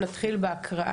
אנחנו נתחיל בהקראה,